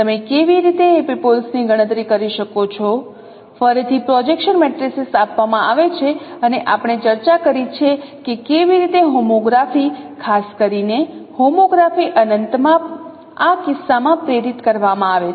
તમે કેવી રીતે એપિપોલ્સ ની ગણતરી કરી શકો છો ફરીથી પ્રોજેક્શન મેટ્રિસીસ આપવામાં આવે છે અને આપણે ચર્ચા કરી છે કે કેવી રીતે હોમોગ્રાફી ખાસ કરીને હોમોગ્રાફી અનંત માં આ કિસ્સામાં પ્રેરિત કરવામાં આવે છે